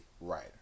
writer